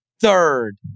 third